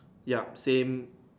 yup same